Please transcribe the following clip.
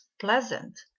pleasant